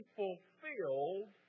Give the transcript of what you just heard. fulfilled